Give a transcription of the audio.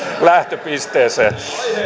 lähtöpisteeseen